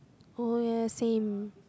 oh ya same